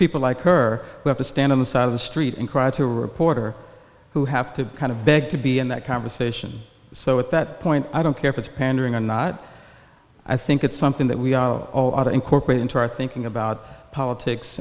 people like her who have to stand on the side of the street and cry to a reporter who have to kind of beg to be in that conversation so at that point i don't care if it's pandering or not i think it's something that we all ought to incorporate into our thinking about politics